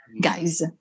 guys